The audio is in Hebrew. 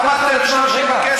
אז למה אתם לוקחים את הכסף,